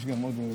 יש עוד?